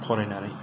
फरायनानै